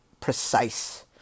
precise